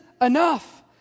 enough